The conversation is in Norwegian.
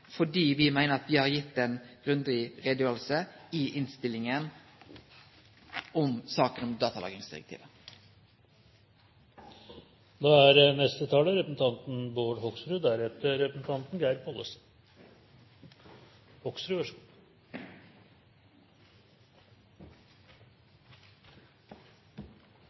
fordi me meiner at me har gitt ei grundig utgreiing i innstillinga om saka om datalagringsdirektivet.